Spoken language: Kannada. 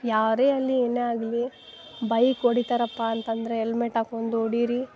ಯಾರೇ ಆಗಲೀ ಏನೇ ಆಗಲೀ ಬೈಕ್ ಹೊಡಿತಾರಪ್ಪ ಅಂತಂದರೆ ಹೆಲ್ಮೆಟ್ ಹಾಕ್ಕೊಂಡು ಹೊಡೀರಿ